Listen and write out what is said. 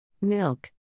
Milk